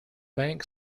bank